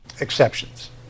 exceptions